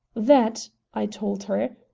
that, i told her,